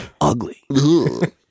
ugly